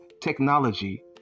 technology